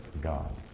God